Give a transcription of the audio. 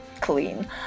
clean